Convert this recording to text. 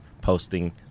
posting